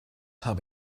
habe